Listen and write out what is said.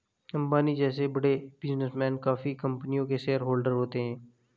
अंबानी जैसे बड़े बिजनेसमैन काफी कंपनियों के शेयरहोलडर होते हैं